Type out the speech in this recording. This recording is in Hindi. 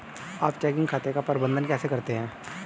आप चेकिंग खाते का प्रबंधन कैसे करते हैं?